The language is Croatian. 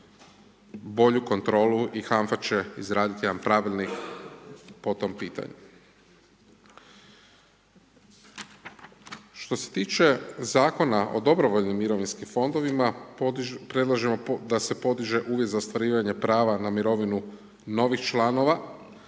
bolju kontrolu i HANF-a će izraditi jedan pravilnik po tom pitanju. Što se tiče Zakona o dobrovoljnim mirovinskim fondovima predlažemo da se podiže uvid za ostvarivanje prava na mirovinu novih članova